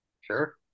Sure